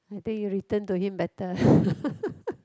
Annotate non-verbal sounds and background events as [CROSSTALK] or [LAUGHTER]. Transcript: I think you return to him better [LAUGHS]